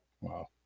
Wow